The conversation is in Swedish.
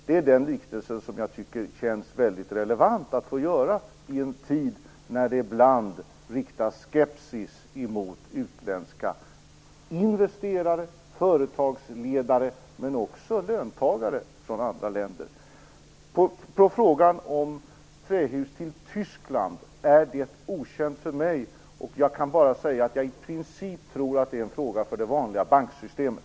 Det är den liknelsen som jag tycker känns väldigt relevant att få göra, i en tid när det ibland riktas skepsis mot utländska investerare och företagsledare men också löntagare från andra länder. Frågan om trähus till Tyskland är okänd för mig. Jag kan bara säga att jag i princip tror att det är en fråga för det vanliga banksystemet.